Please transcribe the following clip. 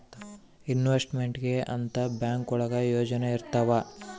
investment ಗೆ ಅಂತ bank ಒಳಗ ಯೋಜನೆ ಇರ್ತವೆ